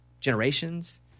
generations